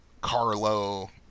Carlo